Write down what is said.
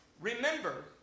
remember